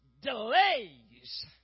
delays